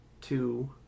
two